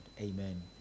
Amen